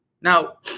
Now